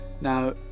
now